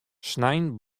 snein